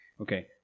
Okay